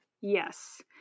Yes